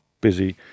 busy